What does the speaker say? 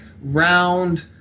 round